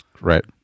right